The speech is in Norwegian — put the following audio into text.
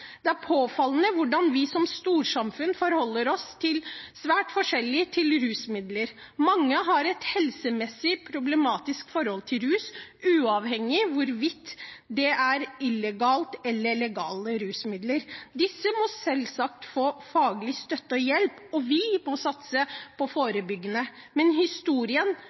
Det er påfallende hvordan vi som storsamfunn forholder oss svært forskjellig til rusmidler. Mange har et helsemessig problematisk forhold til rus, uavhengig av hvorvidt det er illegale eller legale rusmidler. Disse må selvsagt få faglig støtte og hjelp, og vi må satse på forebygging. Men historien